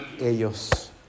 ellos